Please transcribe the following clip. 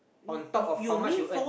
on top of how much you earn